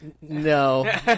No